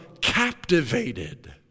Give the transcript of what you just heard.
captivated